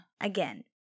again